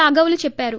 రాఘవులు చెప్పారు